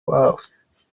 wawe